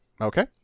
Okay